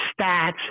stats